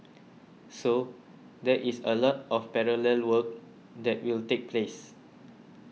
so there is a lot of parallel work that will take place